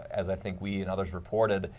as i think we and others reported,